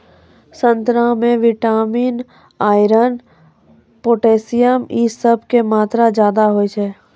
संतरा मे vitamin, iron, potassium इ सभ के मात्रा ज्यादा होय छै